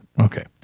Okay